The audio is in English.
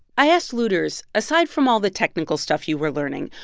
i asked luders, aside from all the technical stuff you were learning,